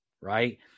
right